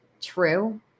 true